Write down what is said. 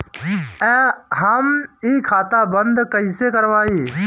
हम इ खाता बंद कइसे करवाई?